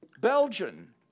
Belgian